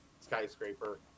skyscraper